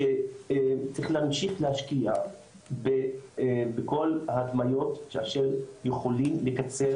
צריך להמשיך להשקיע בכל ההדמיות שיכולים לקצר